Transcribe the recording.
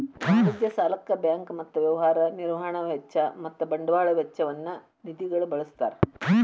ವಾಣಿಜ್ಯ ಸಾಲಕ್ಕ ಬ್ಯಾಂಕ್ ಮತ್ತ ವ್ಯವಹಾರ ನಿರ್ವಹಣಾ ವೆಚ್ಚ ಮತ್ತ ಬಂಡವಾಳ ವೆಚ್ಚ ನ್ನ ನಿಧಿಗ ಬಳ್ಸ್ತಾರ್